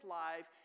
life